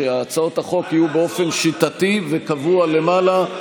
שהצעות החוק יהיו באופן שיטתי וקבוע למעלה.